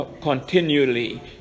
continually